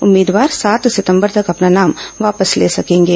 उम्मीदवार सात सितंबर तक अपना नाम वापस ले सकेंगे